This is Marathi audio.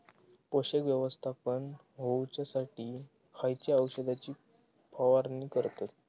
पोषक व्यवस्थापन होऊच्यासाठी खयच्या औषधाची फवारणी करतत?